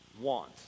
want